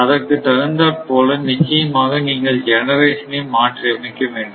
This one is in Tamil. அதற்கு தகுந்தாற்போல நிச்சயமாக நீங்கள் ஜெனரேஷன் ஐ மாற்றி அமைக்க வேண்டும்